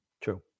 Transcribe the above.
True